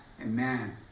Amen